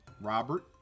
Robert